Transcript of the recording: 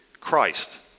Christ